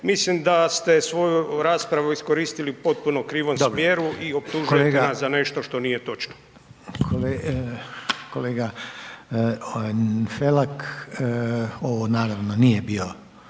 Mislim da ste svoju raspravu iskoristili u potpuno krivom smjeru i optužujete nas za nešto što nije točno. **Reiner, Željko (HDZ)** Kolega Felak, ovo naravno nije bio